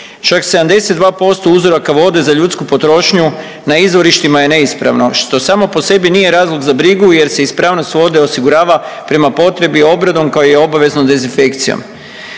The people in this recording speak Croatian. Čak 72% uzoraka vode za ljudsku potrošnju na izvorištima je neispravno, što samo po sebi nije razlog za brigu jer se ispravnost vode osigurava prema potrebi obradom kao i obaveznom dezinfekcijom.